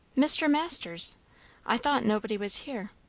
mr. masters i thought nobody was here.